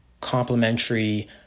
complementary